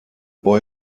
boy